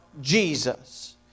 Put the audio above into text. Jesus